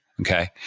Okay